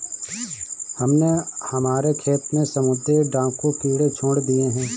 हमने हमारे खेत में समुद्री डाकू कीड़े छोड़ दिए हैं